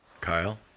Kyle